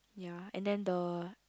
ya and then the